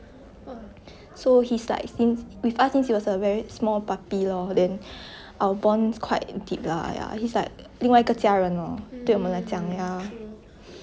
so he's like since with us since he was a very small puppy lor then our bonds quite deep lah ya he's like 另外一个家人 lor 对我们来讲 ya